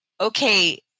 okay